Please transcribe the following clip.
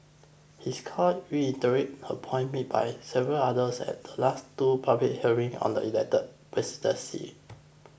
his call reiterates a point made by several others at the last two public hearing on the elected presidency